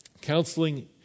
counseling